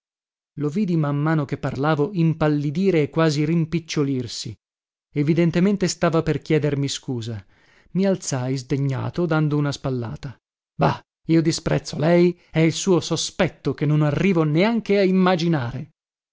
lo vidi man mano che parlavo impallidire e quasi rimpiccolirsi evidentemente stava per chiedermi scusa i alzai sdegnato dando una spallata bah io disprezzo lei e il suo sospetto che non arrivo neanche a immaginare